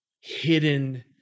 hidden